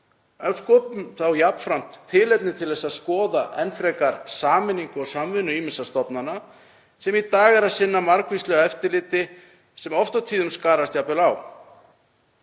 en sköpum þá jafnframt tilefni til að skoða enn frekar sameiningu og samvinnu ýmissa stofnana sem í dag eru að sinna margvíslegu eftirliti sem oft og tíðum skarast jafnvel á.